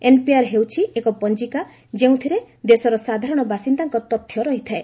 NPR ହେଉଛି ଏକ ପଞ୍ଜିକା ଯେଉଁଥିରେ ଦେଶର ସାଧାରଣ ବାସିନ୍ଦାଙ୍କ ତଥ୍ୟ ରହିଥାଏ